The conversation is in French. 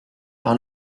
par